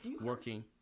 working